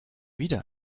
wieder